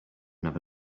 never